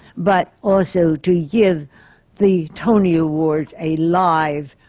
but also to yeah give the tony awards a live,